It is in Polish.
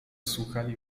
słuchali